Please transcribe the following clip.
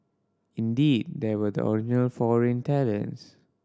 indeed they were the original foreign talents